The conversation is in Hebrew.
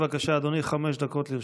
בבקשה, אדוני, חמש דקות לרשותך.